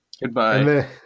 Goodbye